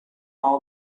all